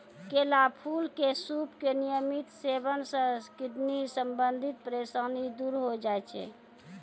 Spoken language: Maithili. केला फूल के सूप के नियमित सेवन सॅ किडनी संबंधित परेशानी दूर होय जाय छै